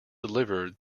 delivered